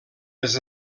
les